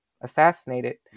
assassinated